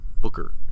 Booker